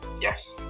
Yes